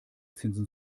zinsen